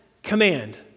Command